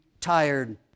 tired